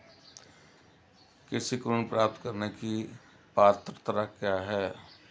कृषि ऋण प्राप्त करने की पात्रता क्या है?